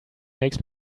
makes